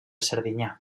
serdinyà